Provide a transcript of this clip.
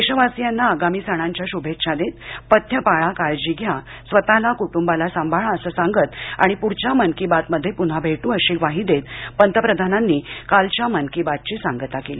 देशवासियांना आगामी सणांच्या शुभेच्छा देत पथ्य पाळा काळजी घ्या स्वतःला कुटुंबाला सांभाळा असं सांगतआणि पुढच्या मन की बात मध्ये पुन्हा भेट्र अशी ग्वाही देत पंतप्रधानांनी आजच्या मन की बातची सांगता केली